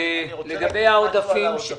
לגבי העודפים.